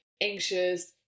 anxious